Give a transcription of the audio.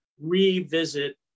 revisit